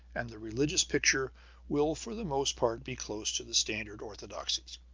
and the religious picture will for the most part be close to the standard orthodoxies.